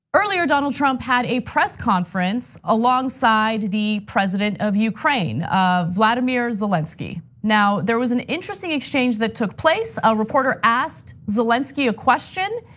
earlier donald trump had a press conference alongside the president of ukraine, volodymyr zelensky. now, there was an interesting exchange that took place. a reporter asked zelensky a question,